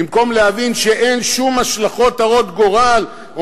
במקום להבין שאין שום השלכות הרות גורל או